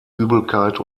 übelkeit